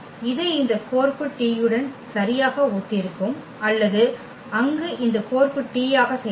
இது இந்த கோர்ப்பு T உடன் சரியாக ஒத்திருக்கும் அல்லது அங்கு இந்த கோர்ப்பு T ஆக செயல்படும்